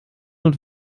und